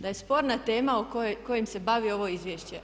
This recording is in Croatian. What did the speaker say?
Da je sporna tema o kojoj se bavi ovo izvješće.